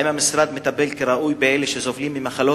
האם המשרד מטפל כראוי באלה שסובלים ממחלות?